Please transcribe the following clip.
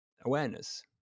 awareness